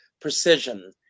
precision